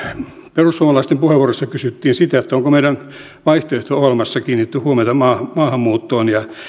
perussuomalaisten puheenvuorossa kysyttiin sitä onko meidän vaihtoehto ohjelmassamme kiinnitetty huomiota maahanmuuttoon ja